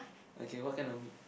okay what kind of meat